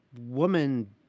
woman